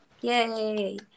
Yay